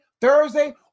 Thursday